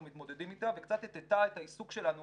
מתמודדים והיא קצת מטה את העיסוק שלנו